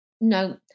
no